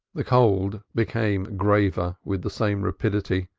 the cold became graver with the same rapidity,